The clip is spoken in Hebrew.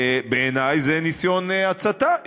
בעיני זה ניסיון הצתה.